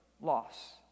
loss